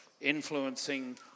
influencing